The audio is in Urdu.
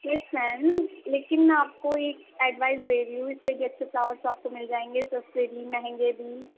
یس میم لیکن میں آپ کو ایک ایڈوائس دے رہی ہوں اس سے بھی اچھے فلاورس آپ کو مل جائیں گے سستے بھی مہنگے بھی